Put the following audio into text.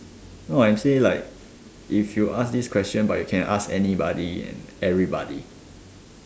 no I say like if you ask this question but you can ask anybody and everybody